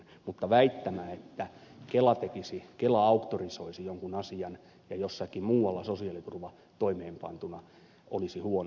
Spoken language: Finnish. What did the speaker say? mutta väittämä että kela auktorisoisi jonkun asian ja jossakin muualla sosiaaliturva toimeenpantuna olisi huono